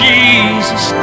Jesus